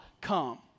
come